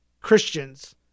Christians